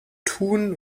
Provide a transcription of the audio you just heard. tun